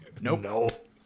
nope